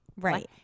Right